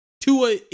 Tua